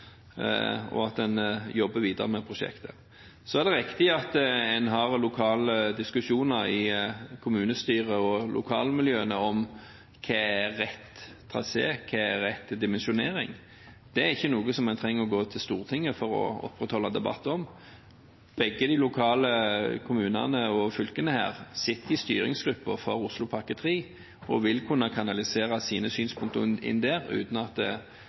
og at en jobber videre med prosjektet. Det er riktig at en har lokale diskusjoner i kommunestyrer og lokalmiljøene om hva som er rett trasé og rett dimensjonering. Det trenger en ikke å gå til Stortinget for å avholde en debatt om. Begge kommunene og fylkene sitter i styringsgruppen for Oslopakke 3 og vil kunne kanalisere sine synspunkter inn der, uten at verken statsråden eller Stortinget skal gi dem styringssignaler av den grunn. Det